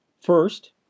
First